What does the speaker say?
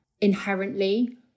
inherently